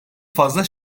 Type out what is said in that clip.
fazla